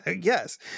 yes